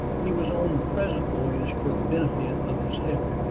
he was on the present voyage for the benefit of his health.